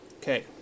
Okay